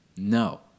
No